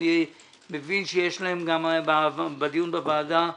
אני מבין שיש להם מהדיון בוועדה הקודמת,